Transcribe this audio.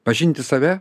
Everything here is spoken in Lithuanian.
pažinti save